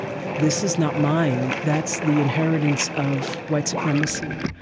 this is not mine that's the inheritance of white supremacy,